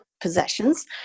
possessions